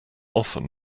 often